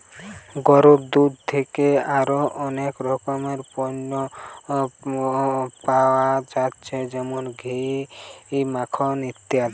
গরুর দুধ থিকে আরো অনেক রকমের পণ্য পায়া যাচ্ছে যেমন ঘি, মাখন ইত্যাদি